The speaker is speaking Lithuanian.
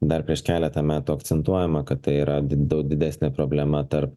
dar prieš keletą metų akcentuojama kad tai yra daug didesnė problema tarp